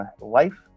Life